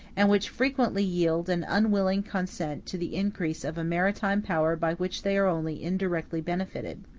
and which frequently yield an unwilling consent to the increase of a maritime power by which they are only indirectly benefited.